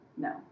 No